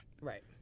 Right